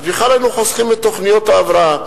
אז בכלל היינו חוסכים את תוכניות ההבראה.